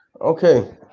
Okay